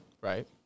Right